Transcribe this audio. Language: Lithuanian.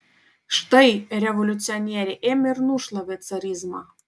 štai revoliucionieriai ėmė ir nušlavė carizmą